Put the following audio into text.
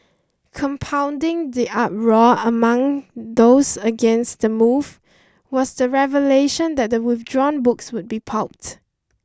compounding the uproar among those against the move was the revelation that the withdrawn books would be pulped